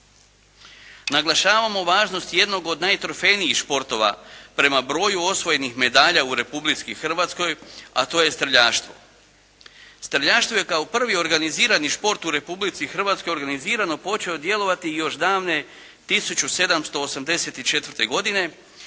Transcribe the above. Naglašavamo važnost jednog najtrofejnijih športova prema broju osvojenih medalja u Republici Hrvatskoj, a to je streljaštvo. Streljaštvo je kao prvi organizirani šport u Republici Hrvatskoj organizirano počeo djelovati još davne 1784. godine,